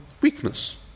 weakness